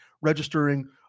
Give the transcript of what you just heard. registering